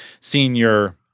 senior